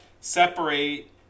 separate